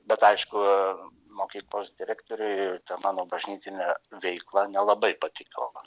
bet aišku mokyklos direktorė mano bažnytinę veiklą nelabai patiko